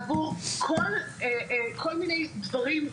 עבור כל מיני דברים,